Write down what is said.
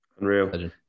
Unreal